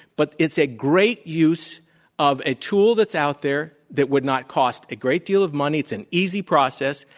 but it's a great use of a tool that's out there that would not cost a great deal of money, it's an easy process,